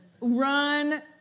run